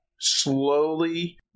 slowly